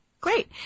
Great